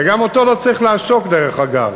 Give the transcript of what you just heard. וגם אותו לא צריך לעשוק, דרך אגב.